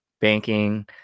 banking